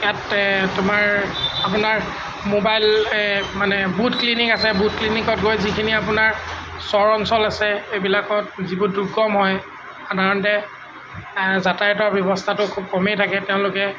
ইয়াত তোমাৰ আপোনাৰ ম'বাইল মানে বুথ ক্লিনিক আছে বুথ ক্লিনিকত গৈ যিখিনি আপোনাৰ চৰ অঞ্চল আছে এইবিলাকত যিবোৰ দুৰ্গম হয় সাধাৰণতে যাতায়তৰ ব্যৱস্থাটো খুব কমেই থাকে তেওঁলোকে